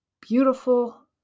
beautiful